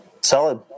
solid